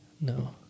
No